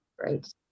right